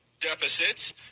deficits